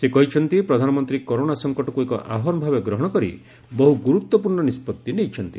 ସେ କହିଛନ୍ତି ପ୍ରଧାନମନ୍ତ୍ରୀ କରୋନା ସଂକଟକୁ ଏକ ଆହ୍ପାନ ଭାବେ ଗ୍ରହଣ କରି ବହୁ ଗୁରୁତ୍ୱପୂର୍ଣ୍ଣ ନିଷ୍ପତ୍ତି ନେଇଛନ୍ତି